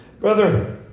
Brother